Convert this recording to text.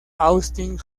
austin